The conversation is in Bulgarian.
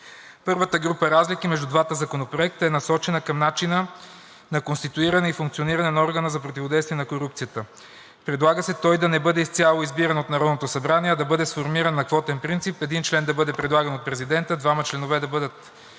Първата група разлики между двата законопроекта е насочена към начина на конституиране и функциониране на органа за противодействие на корупцията. Предлага се той да не бъде изцяло избиран от Народното събрание, а да бъде сформиран на квотен принцип – един член да бъде предлаган от президента; двама членове да бъдат